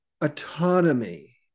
autonomy